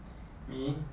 me